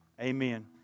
Amen